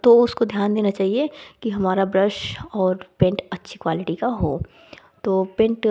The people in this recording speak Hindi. तो उसको ध्यान देना चाहिए कि हमारा ब्रश और पेंट अच्छी क्वालिटी का हो तो पेंट